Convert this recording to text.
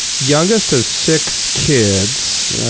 youngest of six kids.